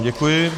Děkuji.